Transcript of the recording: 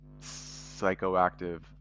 psychoactive